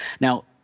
Now